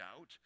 out